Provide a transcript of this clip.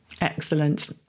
Excellent